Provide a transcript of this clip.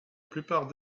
plupart